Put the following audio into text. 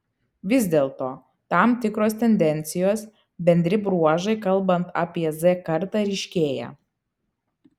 vis dėlto tam tikros tendencijos bendri bruožai kalbant apie z kartą ryškėja